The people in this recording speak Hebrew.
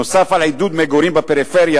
נוסף על עידוד מגורים בפריפריה,